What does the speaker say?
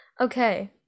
Okay